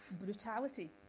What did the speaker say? brutality